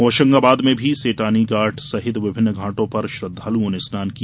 होशंगाबाद में भी सेठानी घाट सहित विभिन्न घाटों पर श्रद्वालुओं ने स्नान किया